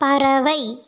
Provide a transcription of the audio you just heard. பறவை